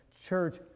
church